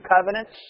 covenants